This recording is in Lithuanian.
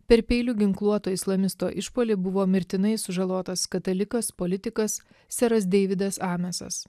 per peiliu ginkluoto islamisto išpuolį buvo mirtinai sužalotas katalikas politikas seras deividas amesas